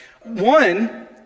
One